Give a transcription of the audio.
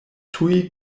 tuj